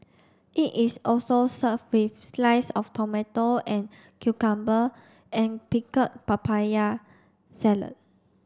it is also served with slice of tomato and cucumber and pickled papaya salad